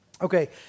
Okay